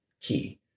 key